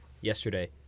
yesterday